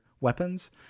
weapons